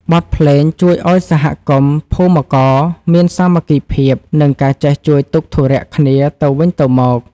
បទភ្លេងជួយឱ្យសហគមន៍ភូមិករមានសាមគ្គីភាព និងការចេះជួយទុក្ខធុរៈគ្នាទៅវិញទៅមក។